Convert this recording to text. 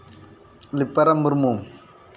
ᱞᱮᱯᱟᱨᱟᱢ Murmu